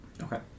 Okay